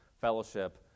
fellowship